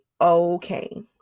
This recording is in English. okay